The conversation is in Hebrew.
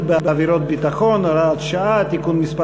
בעבירות ביטחון) (הוראת שעה) (תיקון מס'